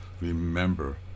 Remember